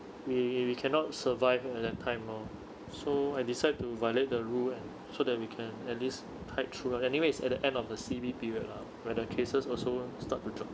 we we cannot survive at that time lor so I decide to violate the rule and so that we can at least tide through anyway is at the end of the C_B period lah when the cases also start to drop